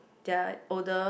they're older